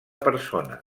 persona